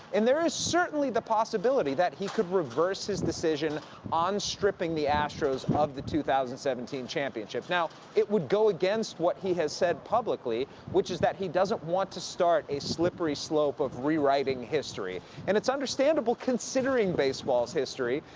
and there is certainly the possibility that he could reverse his decision on stripping the astros of the two thousand and seventeen championship. now, it would go against what he has said publicly, which is that he doesn't want to start a slippery slope of rewriting history. and it's understandable, considering baseball's history,